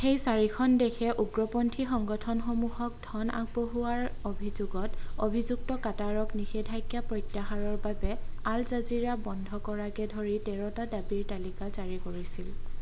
সেই চাৰিখন দেশে উগ্ৰপন্থী সংগঠনসমূহক ধন আগবঢ়োৱাৰ অভিযোগত অভিযুক্ত কাটাৰক নিষেধাজ্ঞা প্ৰত্যাহাৰৰ বাবে আল জাজিৰা বন্ধ কৰাকে ধৰি তেৰটা দাবীৰ তালিকা জাৰি কৰিছিল